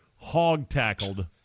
hog-tackled